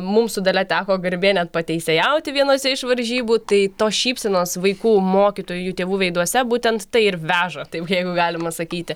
mum su dalia teko garbė net pateisėjauti vienose iš varžybų tai tos šypsenos vaikų mokytojų tėvų veiduose būtent tai ir veža taip jeigu galima sakyti